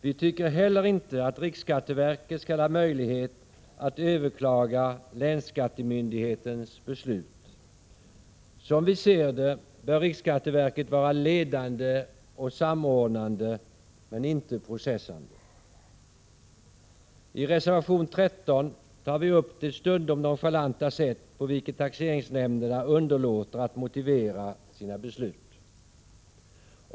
Vidare tycker vi inte att riksskatteverket skall ha möjlighet att överklaga länsskattemyndighets beslut. Som vi ser det bör riksskatteverket vara ledande och samordnande, men inte processande. I reservation 13 tar vi reservanter upp frågan om det stundom nonchalanta sätt på vilket taxeringsnämnderna underlåter att motivera sina beslut.